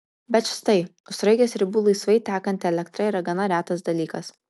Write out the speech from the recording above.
bet štai už sraigės ribų laisvai tekanti elektra yra gana retas dalykas